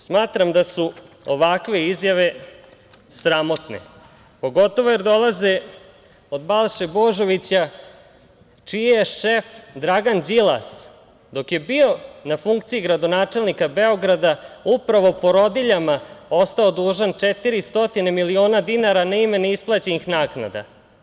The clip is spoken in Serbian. Smatram da su ovakve izjave sramotne, pogotovo jer dolaze od Balše Božovića čiji je šef Dragan Đilas, dok je bio na funkciji gradonačelnika Beograda, upravo porodiljama ostao dužan 400 miliona dinara na ime neisplaćenih naknada.